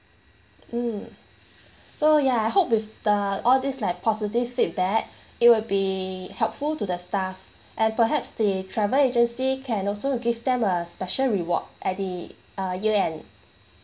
mm so ya I hope with the all these like positive feedback it will be helpful to the staff and perhaps the travel agency can also give them a special reward at the uh year end